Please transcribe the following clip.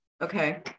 Okay